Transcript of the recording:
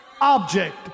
object